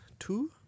Two